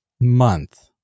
month